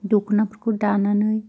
दख'नाफोरखौ दानानै